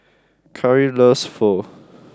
Cary loves Pho